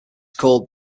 called